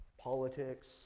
politics